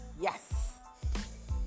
Yes